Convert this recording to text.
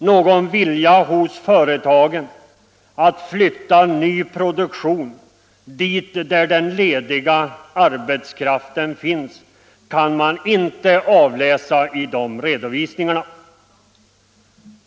Någon vilja hos företagen att flytta produktionen dit där den lediga arbetskraften finns kan man inte avläsa i de redovisningarna.